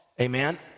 Amen